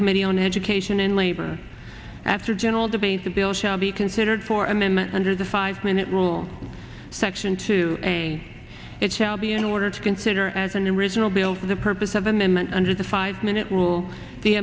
committee on education and labor after general debate the bill shall be considered for amendment under the five minute rule section to day it shall be in order to consider as an original bill for the purpose of amendment under the five minute rule the